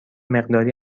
مقداری